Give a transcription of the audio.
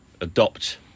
adopt